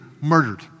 murdered